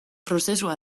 prozesua